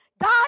God